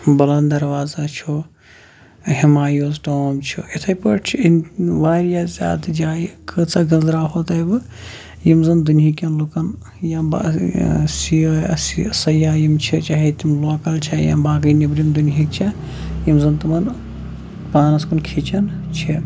بُلند دَروازا چھُ ہِمایوس ٹوم چھُ یِتھٕے پٲٹھۍ چھُ یم واریاہ زیادٕ جایہِ کۭژاہ گٔنٛزراوو تۄہہِ بہٕ یِم زَن دُنہکٮ۪ن لُکَن یا با سِم چھِ چاہے تِم لوکَل چھےٚ یا باقٕے نیٚبرِم دُنہِکۍ چھےٚ یِم زَن تمَن پانَس کُن کھِچَن چھِ